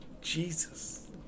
Jesus